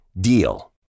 DEAL